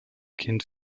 kind